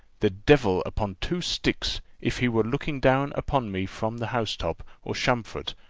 the devil upon two sticks, if he were looking down upon me from the house-top, or champfort,